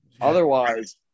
Otherwise